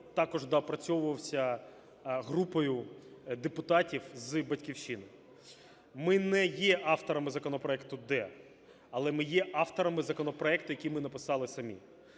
також доопрацьовувався групою депутатів з "Батьківщини". Ми не є авторами законопроекту "д", але ми є авторами законопроекту, який ми написали самі.